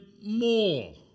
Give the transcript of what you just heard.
more